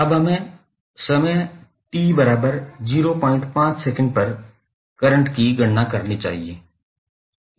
अब हमें समय t05 सेकंड पर करंट की गणना करनी है